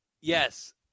Yes